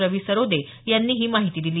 रवी सरोदे यांनी ही माहिती दिली